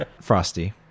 frosty